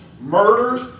murders